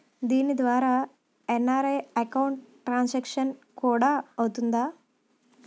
దీని ద్వారా NRI account transaction కూడా అవుతుందా?